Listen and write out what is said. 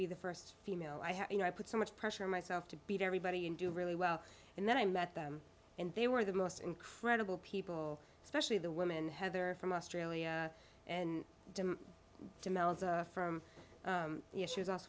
be the first female i have you know i put so much pressure on myself to beat everybody and do really well and then i met them and they were the most incredible people especially the women heather from australia and from your shoes off